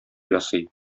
ясый